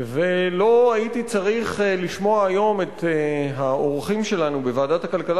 - ולא הייתי צריך לשמוע היום את האורחים שלנו בוועדת הכלכלה